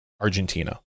Argentina